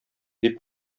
дип